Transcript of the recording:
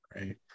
right